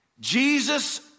Jesus